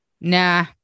nah